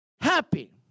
happy